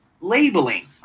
labeling